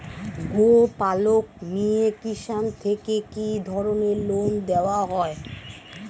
গোপালক মিয়ে কিষান থেকে কি ধরনের লোন দেওয়া হয়?